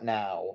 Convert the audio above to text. now